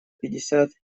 пятьдесят